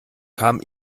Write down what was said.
kam